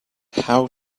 how